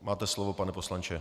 Máte slovo, pane poslanče.